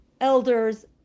elders